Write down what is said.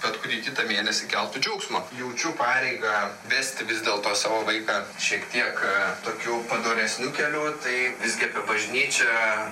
bet kurį kitą mėnesį keltų džiaugsmą jaučiu pareigą vesti vis dėlto savo vaiką šiek tiek a tokiu padoresniu keliu tai visgi apie bažnyčią